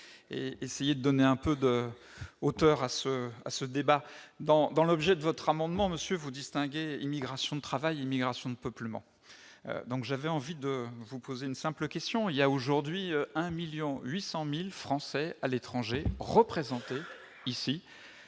en essayant de donner un peu de hauteur à ce débat. C'est bien ! Dans l'objet de votre amendement, monsieur Meurant, vous distinguez immigration de travail et immigration de peuplement. J'ai envie de vous poser une simple question. Il y a aujourd'hui 1,8 million de Français à l'étranger, représentés par